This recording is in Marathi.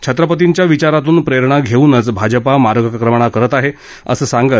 छत्रपतींच्या विचारातून प्रेरणा घेऊनच भाजपा मार्गक्रमण करत आहे अस सांगत